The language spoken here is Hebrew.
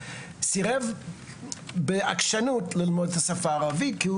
סירב בעקשנות ללמוד את השפה הערבית כי הוא